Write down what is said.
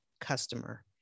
customer